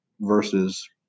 versus